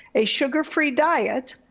a sugar free diet.